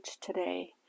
today